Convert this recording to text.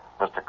Mr